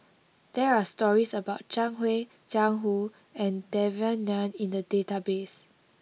there are stories about Zhang Hui Jiang Hu and Devan Nair in the database